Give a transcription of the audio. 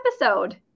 episode